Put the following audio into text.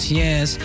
yes